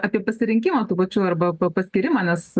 apie pasirinkimą tuo pačiu arba paskyrimą nes